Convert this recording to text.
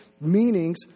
meanings